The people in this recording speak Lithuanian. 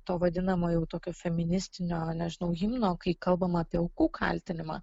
to vadinamojo jau tokio feministinio nežinau himno kai kalbama apie aukų kaltinimą